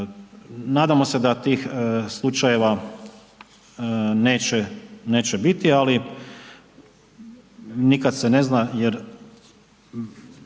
Nadamo se da tih slučajeva neće biti, ali nikada se ne zna